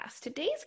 Today's